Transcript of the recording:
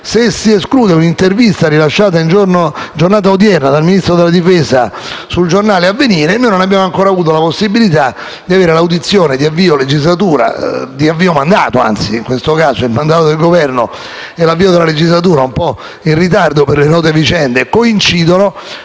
se si esclude l'intervista rilasciata in data odierna dal Ministro della difesa sul giornale «Avvenire», non abbiamo ancora avuto le comunicazioni di avvio legislatura, anzi di avvio mandato; in questo caso il mandato del Governo e l'avvio di legislatura, un po' in ritardo per le note vicende, coincidono